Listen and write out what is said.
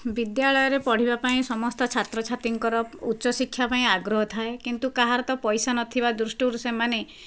ବିଦ୍ୟାଳୟରେ ପଢ଼ିବା ପାଇଁ ସମସ୍ତ ଛାତ୍ର ଛାତ୍ରୀଙ୍କର ଉଚ୍ଚ ଶିକ୍ଷା ପାଇଁ ଆଗ୍ରହ ଥାଏ କିନ୍ତୁ କାହାର ତ ପଇସା ନଥିବା ଦୃଷ୍ଟିରୁ ସେମାନେ